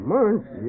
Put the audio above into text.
Months